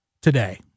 today